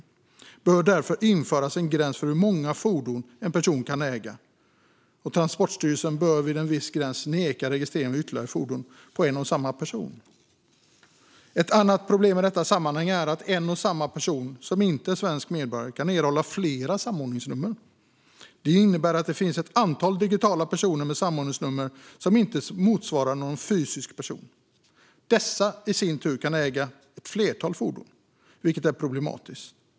Det bör därför införas en gräns för hur många fordon en person kan äga, och Transportstyrelsen bör vid en viss gräns neka registrering av ytterligare fordon på en och samma person. Ett annat problem i detta sammanhang är att en och samma person, som inte är svensk medborgare, kan erhålla flera samordningsnummer. Det innebär att det finns ett antal digitala personer med samordningsnummer som inte motsvarar någon fysisk person. Dessa kan i sin tur äga ett flertal fordon, vilket är problematiskt.